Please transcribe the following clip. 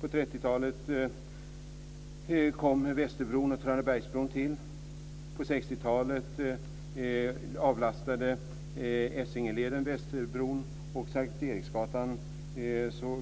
På 30-talet kom Västerbron och Tranebergsbron till. På 60-talet avlastade Essingeleden Västerbron, och S:t Eriksgatan